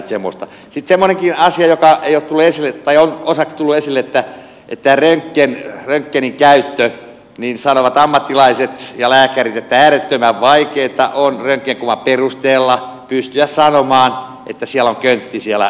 sitten semmoinenkin asia joka ei ole tullut esille tai on osaksi tullut esille että röntgenkuvan perusteella niin sanovat ammattilaiset ja lääkärit on äärettömän vaikeata pystyä sanomaan että siellä mahassa on köntti